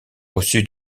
reçu